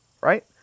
right